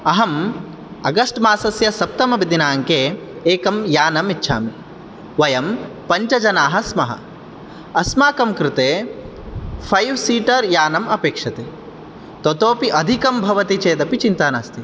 अहम् अगस्ट्मासस्य सप्तमदिनाङ्के एकं यानम् इच्छामि वयं पञ्चजनाः स्मः अस्माकं कृते फैव् सीटर् यानम् अपेक्षते ततोऽपि अधिकं भवति चेत् अपि चिन्ता नास्ति